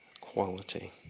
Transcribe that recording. quality